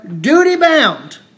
duty-bound